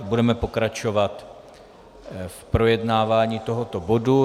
Budeme pokračovat v projednávání tohoto bodu.